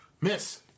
Miss